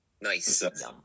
Nice